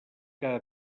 cada